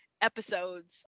episodes